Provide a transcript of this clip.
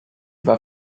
war